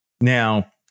Now